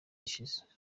ishize